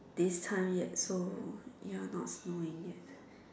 this time yet so ya not snowing yet